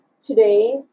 today